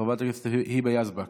חברת הכנסת היבה יזבק,